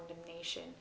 condemnation